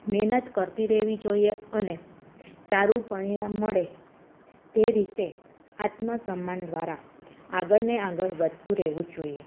મહેનત કરતી રહેવી જોઈએ અને અને સારું પરિણામ મળે તે રીતે આત્મસમ્માન દ્વારા આગળ ને આગળ વધતું રહેવું જોઈએ